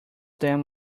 them